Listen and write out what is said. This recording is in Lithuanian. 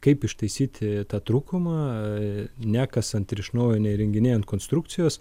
kaip ištaisyti tą trūkumą nekasant ir iš naujo neįrenginėjant konstrukcijos